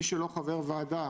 מי שלא חבר ועדה